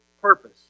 purpose